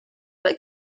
but